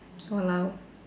!walao!